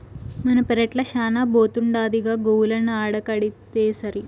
మన పెరట్ల శానా బోతుండాదిగా గోవులను ఆడకడితేసరి